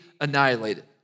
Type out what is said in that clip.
annihilated